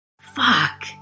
Fuck